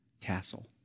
tassel